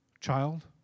child